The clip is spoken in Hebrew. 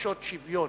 מבקשות שוויון.